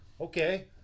okay